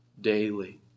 daily